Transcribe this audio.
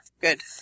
Good